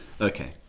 Okay